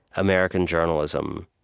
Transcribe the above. american journalism,